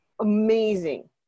amazing